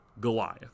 Goliath